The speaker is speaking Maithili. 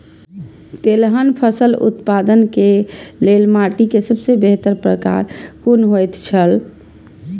तेलहन फसल उत्पादन के लेल माटी के सबसे बेहतर प्रकार कुन होएत छल?